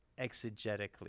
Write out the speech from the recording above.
exegetically